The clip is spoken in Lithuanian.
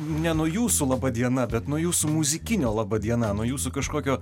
ne nuo jūsų laba diena bet nuo jūsų muzikinio laba diena nuo jūsų kažkokio